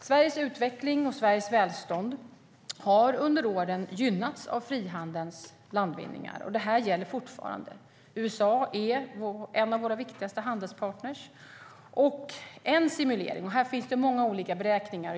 Sveriges utveckling och välstånd har under åren gynnats av frihandelns landvinningar, och det gäller fortfarande. USA är en av våra viktigaste handelspartner. Det finns många olika beräkningar.